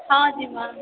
ହଁ ଯିମା